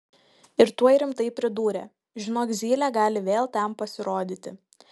ir tuoj rimtai pridūrė žinok zylė gali vėl ten pasirodyti